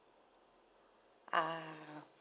ah